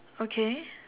okay